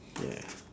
yeah